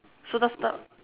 so let's stop